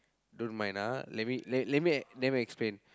don't mind ah let me let me let me explain